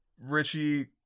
Richie